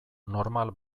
normal